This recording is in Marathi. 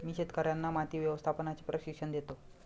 मी शेतकर्यांना माती व्यवस्थापनाचे प्रशिक्षण देतो